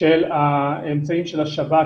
של האמצעים של השב"כ,